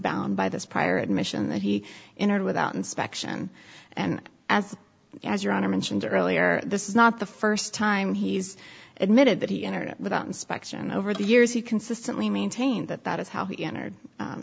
bound by this prior admission that he entered without inspection and as as your honor mentioned earlier this is not the first time he's admitted that he entered without inspection over the years he consistently maintained that that is how